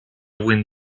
wind